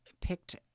picked